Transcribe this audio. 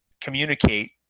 communicate